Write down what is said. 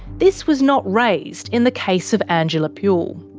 this was not raised in the case of angela puhle.